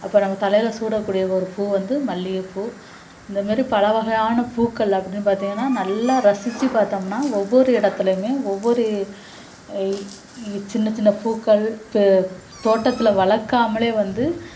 அப்போ நம்ம தலையில சூடக்கூடிய ஒரு பூ வந்து மல்லிகைப்பூ இந்தமாதிரி பல வகையான பூக்கள் அப்படின்னு பார்த்தீங்கன்னா நல்லா ரசிச்சு பார்த்தோம்ன்னா ஒவ்வொரு இடத்துலயுமே ஒவ்வொரு சின்ன சின்ன பூக்கள் பே தோட்டத்தில் வளர்க்காமலே வந்து